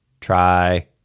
Try